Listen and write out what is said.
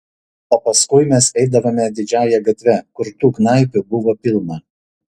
o paskui mes eidavome didžiąja gatve kur tų knaipių buvo pilna